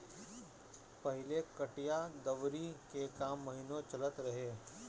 पहिले कटिया दवरी के काम महिनो चलत रहे